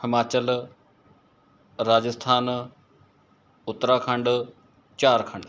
Himachal Rajasthan Uttarakhand Jharkhand